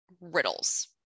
riddles